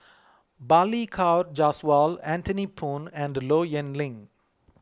Balli Kaur Jaswal Anthony Poon and Low Yen Ling